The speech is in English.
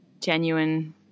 genuine